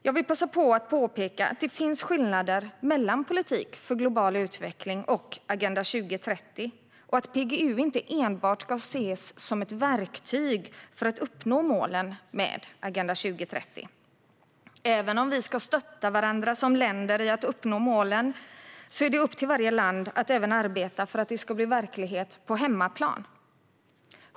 Jag vill passa på att påpeka att det finns skillnader mellan politik för global utveckling och Agenda 2030 och att PGU inte enbart ska ses som ett verktyg för att uppnå målen med Agenda 2030. Även om vi som länder ska stötta varandra i att uppnå målen i Agenda 2030 är det upp till varje land att arbeta för att de ska bli verklighet på hemmaplan.